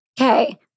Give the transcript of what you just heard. Okay